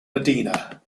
medina